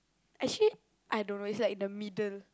actually I don't know is like the middle